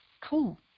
Cool